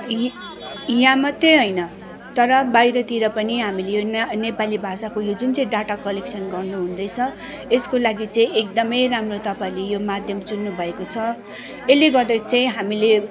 यहाँ मात्रै होइन तर बाहिरतिर पनि हामीले यो नेपाली भाषाको जुन चाहिँ डाटा कलेक्सन गर्नु हुँदैछ यसको लागि चाहिँ एकदमै राम्रो तपाईँले यो माद्यम चुन्नुभएको छ यसले गर्दा चाहिँ हामीले